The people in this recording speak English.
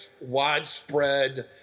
widespread